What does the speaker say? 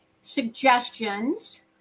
suggestions